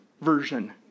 version